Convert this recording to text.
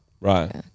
Right